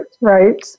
Right